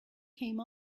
came